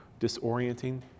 disorienting